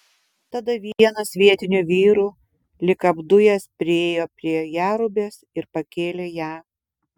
tada vienas vietinių vyrų lyg apdujęs priėjo prie jerubės ir pakėlė ją